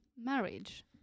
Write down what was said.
marriage